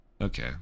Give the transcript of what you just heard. Okay